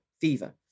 fever